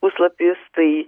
puslapis tai